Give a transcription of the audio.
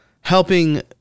helping